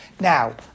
Now